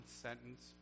sentence